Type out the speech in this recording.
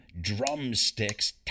drumsticks